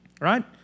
Right